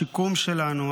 השיקום שלנו,